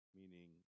meaning